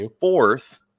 fourth